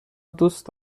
دوست